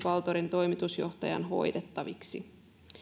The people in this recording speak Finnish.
valtorin toimitusjohtajan hoidettaviksi